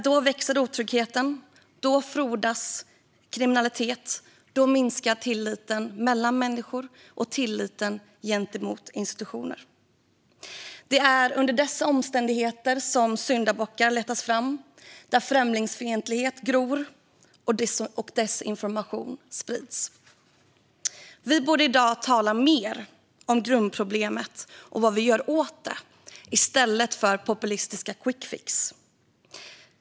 Då växer otryggheten, då frodas kriminaliteten och då minskar tilliten mellan människor och tilliten gentemot institutioner. Det är under dessa omständigheter som syndabockar letas fram. Det är där främlingsfientlighet gror och desinformation sprids. Vi borde i dag tala mer om grundproblemet och vad vi gör åt det och mindre om populistiska quickfix.